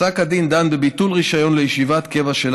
פסק הדין דן בביטול רישיון לישיבת קבע של